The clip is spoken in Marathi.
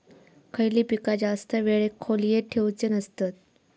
खयली पीका जास्त वेळ खोल्येत ठेवूचे नसतत?